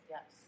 Yes